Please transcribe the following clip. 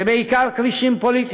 זה בעיקר כרישים פוליטיים.